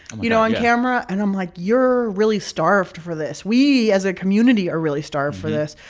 you know, on camera. and i'm like, you're really starved for this. we, as a community, are really starved for this.